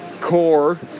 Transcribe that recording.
core